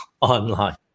online